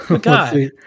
God